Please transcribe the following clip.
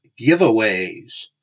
giveaways